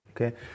Okay